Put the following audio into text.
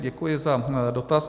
Děkuji za dotaz.